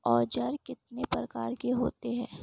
औज़ार कितने प्रकार के होते हैं?